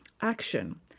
Action